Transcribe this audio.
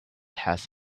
has